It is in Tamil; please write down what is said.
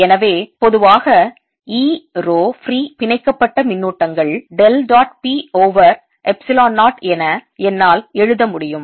எனவே பொதுவாக E ரோ ஃப்ரீ பிணைக்கப்பட்ட மின்னூட்டங்கள் del dot P over epsilon 0 என என்னால் எழுத முடியும்